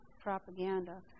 propaganda